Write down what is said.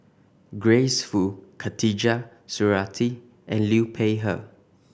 Grace Fu Khatijah Surattee and Liu Peihe